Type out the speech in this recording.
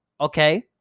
Okay